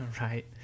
Right